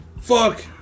Fuck